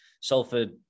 Salford